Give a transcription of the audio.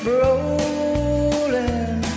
rolling